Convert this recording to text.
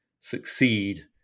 succeed